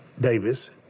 Davis